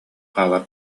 хаалар